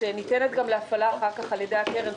שניתנת גם להפעלה אחר כך על ידי הקרן.